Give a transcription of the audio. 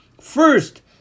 first